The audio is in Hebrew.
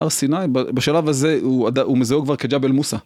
הר סיני, בשלב הזה הוא מזהה כבר כג'אבל מוסה